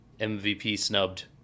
MVP-snubbed